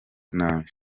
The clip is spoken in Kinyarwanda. nabi